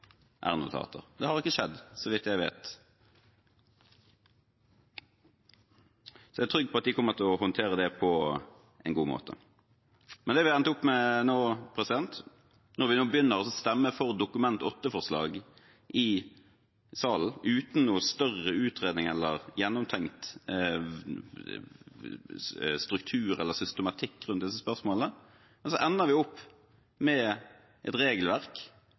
har ikke skjedd, så vidt jeg vet. Jeg er trygg på at de kommer til å håndtere det på en god måte. Men når vi nå begynner å stemme for Dokument 8-forslag i salen, uten noen større utredning, gjennomtenkt struktur eller systematikk rundt disse spørsmålene, ender vi opp med et regelverk